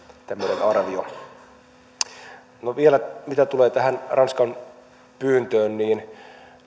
tämmöinen arvio vielä mitä tulee tähän ranskan pyyntöön niin